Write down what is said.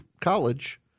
college